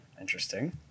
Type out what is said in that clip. Interesting